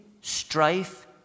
strife